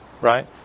Right